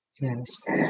Yes